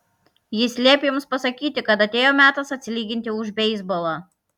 jis liepė jums pasakyti kad atėjo metas atsilyginti už beisbolą